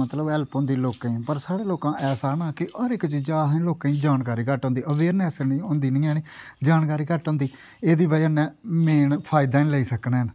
मतलब हैल्प होंदी लोकें दी पर साढ़ै लोकां ऐसा ऐ ना कि हर इक चीजै दी असें लोकें गी जानकारी घट्ट होंदी अवेयरनैस होंदी निं ऐ जानकारी घट्ट होंद एह्दी बज़ह् कन्नै मेन फायदा नेईं लेई सकने हैन